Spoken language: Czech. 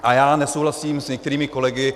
A já nesouhlasím s některými kolegy.